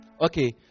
Okay